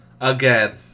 Again